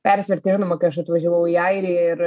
persivertė žinoma kai aš atvažiavau į airiją ir